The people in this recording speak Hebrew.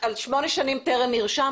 כלומר על שמונה שנים 'טרם נרשם',